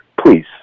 please